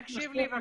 תקשיב לי.